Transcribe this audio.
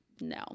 no